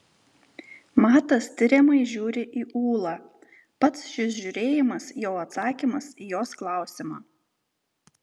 matas tiriamai žiūri į ūlą pats šis žiūrėjimas jau atsakymas į jos klausimą